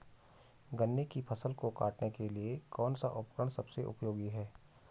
गन्ने की फसल को काटने के लिए कौन सा उपकरण सबसे उपयोगी है?